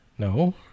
No